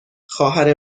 خواهر